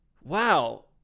wow